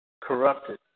corrupted